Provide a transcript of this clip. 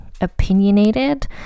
opinionated